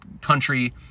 country